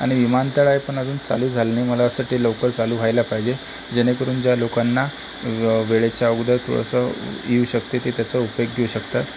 आणि विमानतळ आहेत पण अजून चालू झालं नाही ते लवकर चालू व्हायला पाहिजे जेणेकरून ज्या लोकांना वेळेच्या अगोदर थोडंसं येऊ शकते ते त्याचा उपयोग घेऊ शकतात